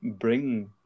bring